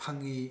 ꯐꯪꯏ